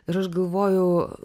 ir aš galvojau